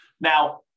Now